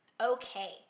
Okay